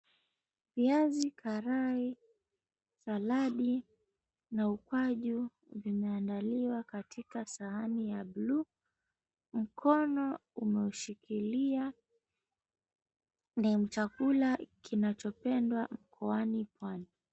Viazi karai, saladi na ukwaju vimeandaliwa katika sahani ya bluu. Mkono umeushikilia chakula kinachopendwa mkoani pwani.